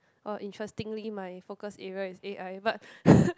oh interestingly my focus area is a_i but